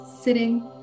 sitting